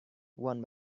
one